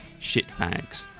shitbags